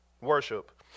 worship